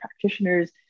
practitioners